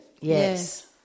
Yes